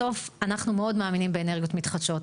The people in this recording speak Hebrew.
בסוף אנחנו מאוד מאמינים באנרגיות מתחדשות,